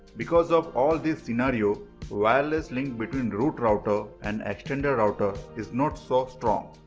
because of all these scenarios wireless link between root router and extender router is not so strong.